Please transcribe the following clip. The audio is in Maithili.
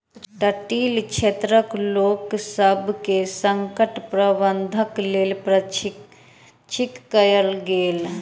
तटीय क्षेत्रक लोकसभ के संकट प्रबंधनक लेल प्रशिक्षित कयल गेल